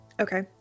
Okay